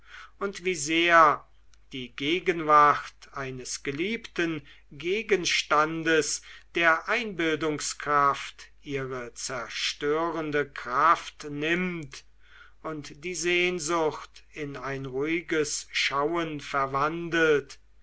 und wie sehr die gegenwart eines geliebten gegenstandes der einbildungskraft ihre zerstörende gewalt nimmt und die sehnsucht in ein ruhiges schauen verwandelt